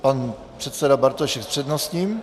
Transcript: Pan předseda Bartošek s přednostním.